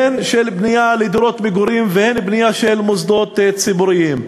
הן בנייה לדירות מגורים הן בנייה של מוסדות ציבוריים.